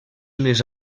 les